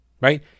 right